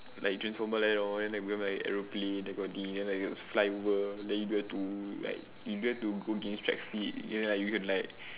like transformer like that lor then become like aeroplane that kind of thing then can fly over then you get to like you get to go against traffic you can like